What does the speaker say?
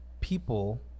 people